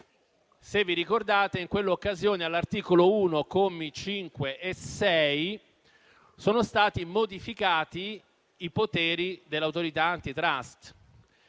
Se vi ricordate, in quell'occasione all'articolo 1, commi 5 e 6, sono stati modificati i poteri dell'Autorità *antitrust*,